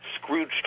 Scrooge